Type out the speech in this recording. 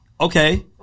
Okay